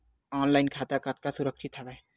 Online खाता कतका सुरक्षित हवय?